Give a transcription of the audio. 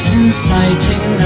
inciting